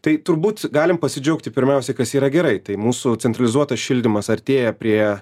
tai turbūt galim pasidžiaugti pirmiausiai kas yra gerai tai mūsų centralizuotas šildymas artėja prie